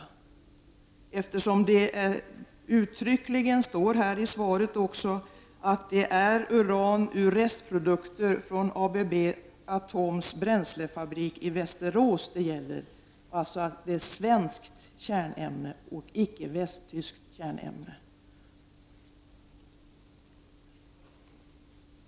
Det står ju uttryckligen i svaret att det är uran ur restprodukter från ABB Atom AB:s bränslefabrik i Västerås som det gäller — alltså svenskt kärnämne, icke västtyskt.